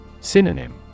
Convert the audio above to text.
Synonym